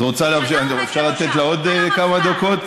את רוצה, אפשר לתת לה עוד כמה דקות?